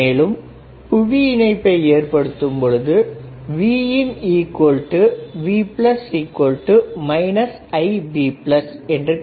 மேலும் புவி இணைப்பை ஏற்படுத்தும் பொழுது VinV Ib